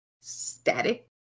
static